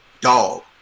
dog